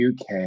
UK